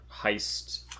heist